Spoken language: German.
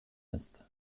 ist